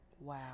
Wow